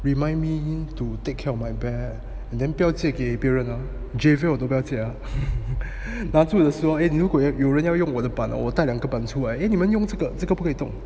remind me to take care of my bat and then 不要借给别人 lor javier 我都不要借 打球的时候如果有人要用我的板我带两个板出来你们用这个这个不可以动